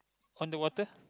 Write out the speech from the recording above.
on the water